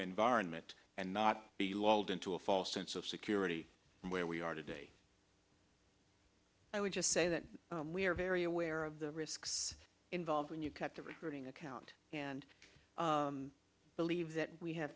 environment and not be lulled into a false sense of security where we are today i would just say that we are very aware of the risks involved when you cut the recruiting account and i believe that we have